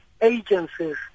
agencies